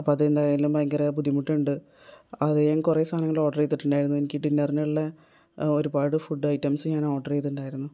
അപ്പം അതെന്തായാലും ഭയങ്കര ബുദ്ധിമുട്ട് ഉണ്ട് അത് ഞാൻ കുറേ സാധനങ്ങൾ ഓർഡർ ചെയ്തിട്ടുണ്ടായിരുന്നു എനിക്ക് ഡിന്നറിനുള്ള ഒരുപാട് ഫുഡ് ഐറ്റംസ് ഞാൻ ഓർഡർ ചെയ്തിട്ടുണ്ടായിരുന്നു